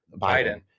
Biden